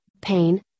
pain